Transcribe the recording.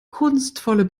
kunstvolle